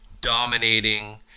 dominating